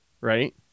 right